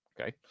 okay